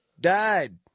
died